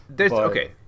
Okay